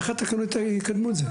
איך התקנות יקדמו את זה?